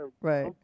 right